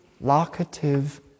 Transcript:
locative